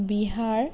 Bihar